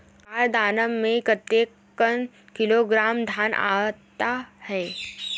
बार दाना में कतेक किलोग्राम धान आता हे?